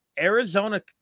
Arizona